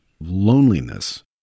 loneliness